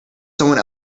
someone